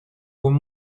con